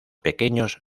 pequeños